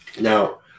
Now